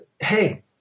hey